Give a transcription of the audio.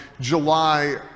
July